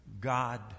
God